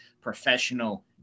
professional